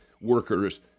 workers